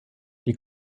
die